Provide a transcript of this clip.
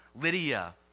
Lydia